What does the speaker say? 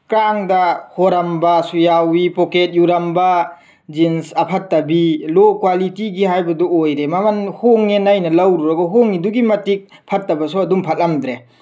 ꯀ꯭ꯔꯥꯡꯗ ꯍꯣꯔꯝꯕꯁꯨ ꯌꯥꯎꯋꯤ ꯄꯣꯀꯦꯠ ꯌꯨꯔꯝꯕ ꯖꯤꯟꯁ ꯑꯐꯠꯇꯕꯤ ꯂꯣ ꯀ꯭ꯋꯥꯂꯤꯇꯤꯒꯤ ꯍꯥꯏꯕꯗꯨ ꯑꯣꯏꯔꯦ ꯃꯃꯜ ꯍꯣꯡꯉꯦꯅ ꯑꯩꯅ ꯂꯧꯔꯨꯔꯒ ꯍꯣꯡꯉꯤꯗꯨꯒꯤ ꯃꯇꯤꯛ ꯐꯠꯇꯕꯁꯨ ꯑꯗꯨꯝ ꯐꯠꯂꯝꯗ꯭ꯔꯦ